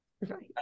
Right